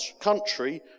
country